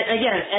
again